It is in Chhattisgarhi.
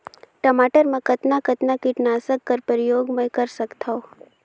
टमाटर म कतना कतना कीटनाशक कर प्रयोग मै कर सकथव?